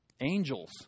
angels